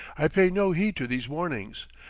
i pay no heed to these warnings,